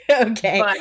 Okay